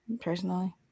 personally